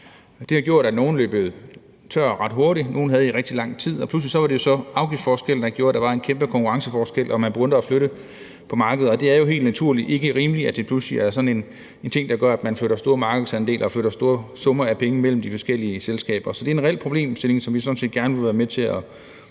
Det har gjort, at nogle er løbet tør ret hurtigt, mens nogle havde dem i rigtig lang tid, og pludselig var det jo så afgiftsforskellen, der gjorde, at der var en kæmpe forskel i konkurrencevilkårene og man begyndte at flytte på markedet. Og det er jo helt naturligt ikke rimeligt, at det pludselig er sådan en ting, der gør, at man flytter store markedsandele og store summer af penge mellem de forskellige selskaber. Så det er en reel problemstilling, som vi sådan set gerne vil være med til at løse.